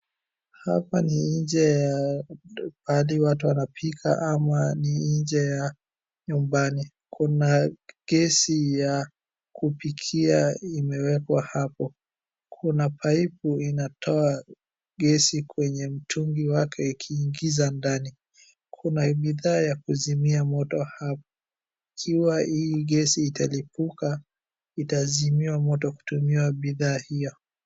Hapa ni nje ya pahali watu wanapika ama ni nje ya nyumbani. Kuna gesi ya kupikia imewekwa hapo. Kuna paipu inatoa gesi kwenye mtungi wake ikiingiza ndani. Kuna bidhaa ya kuzimia moto hapo. Ikiwa hii gesi italipuka, itazimiwa moto kutumiwa bidhaa hiyo.